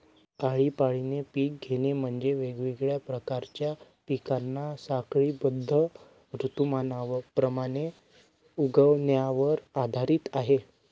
आळीपाळीने पिक घेणे म्हणजे, वेगवेगळ्या प्रकारच्या पिकांना साखळीबद्ध ऋतुमानाप्रमाणे उगवण्यावर आधारित आहे